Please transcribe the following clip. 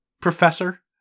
Professor